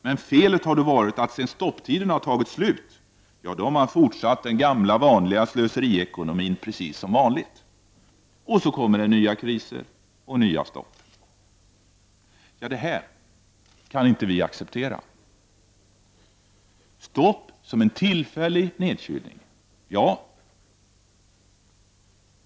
Men felet har varit att sedan stopptiden tagit slut har man fortsatt den gamla vanliga slöseriekonomin precis som vanligt. Och så kommer det nya kriser och nya stopp. Det här kan vi inte acceptera. Stopp som en tillfällig nedkylning — ja.